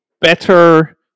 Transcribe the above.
better